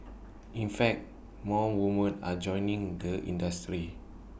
in fact more women are joining the industry